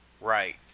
Right